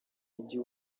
igihe